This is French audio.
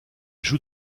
joue